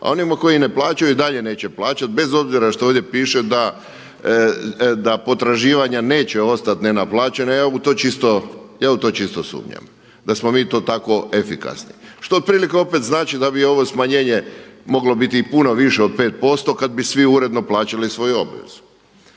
a onima koji ne plaćaju i dalje neće plaćati bez obzira što ovdje piše da potraživanja neće ostati nenaplaćena. Ja u to čisto sumnjam da smo mi to tako efikasni što otprilike opet znači da bi ovo smanjenje moglo biti i puno više od 5% kad bi svi uredno plaćali svoju obvezu.